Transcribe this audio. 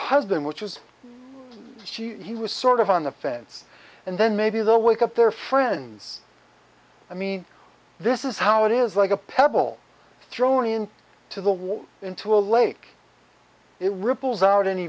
husband which is she he was sort of on the fence and then maybe they'll wake up their friends i mean this is how it is like a pebble thrown in to the water into a lake it ripples out an